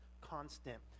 constant